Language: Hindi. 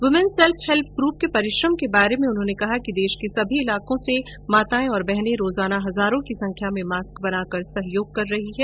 व्रमेन सेल्फ हेल्प ग्रूप के परिश्रम के बारे में उन्होंने कहा कि देश के सभी इलाकों से माताए और बहने रोजाना हजारों की संख्या में मास्क बनाकर सहयोग कर रही है